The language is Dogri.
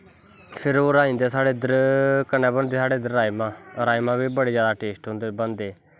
फिर होर आइये साढ़ै इद्धर आई गे राजमाह् राजमाह् बी बड़े जैदा टेस्ट होंदे बनदे